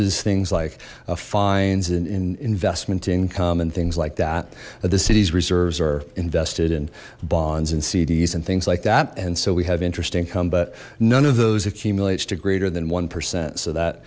is things like fines in investment income and things like that the city's reserves are invested in bonds and cds and things like that and so we have interest income but none of those accumulates to greater than one percent so that